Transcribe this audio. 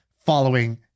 following